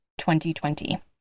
2020